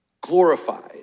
glorified